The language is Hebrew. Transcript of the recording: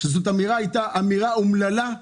שזו הייתה אמירה אומללה,